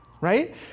right